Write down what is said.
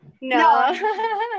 no